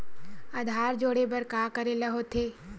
आधार जोड़े बर का करे ला होथे?